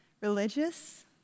religious